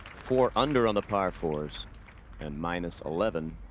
four under on the par-fours and minus eleven